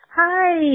Hi